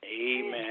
Amen